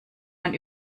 man